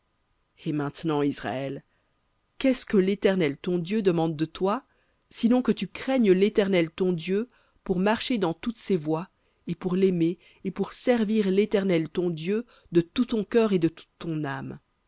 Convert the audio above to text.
et maintenant israël qu'est-ce que l'éternel ton dieu demande de toi sinon que tu craignes l'éternel ton dieu pour marcher dans toutes ses voies et pour l'aimer et pour servir l'éternel ton dieu de tout ton cœur et de toute ton âme